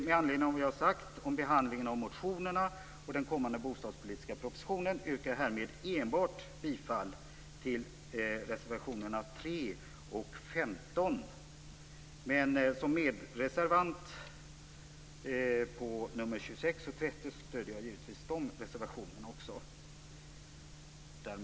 Med anledning av vad jag sagt om behandlingen av motionerna och den kommande bostadspolitiska propositionen yrkar jag härmed bifall enbart till reservationerna 3 och 15, men som medreservant till reservationerna 26 och 30 stöder jag givetvis också dem.